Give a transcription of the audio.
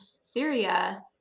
Syria